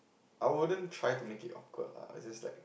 I wouldn't try to make it awkward lah it's just like